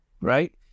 Right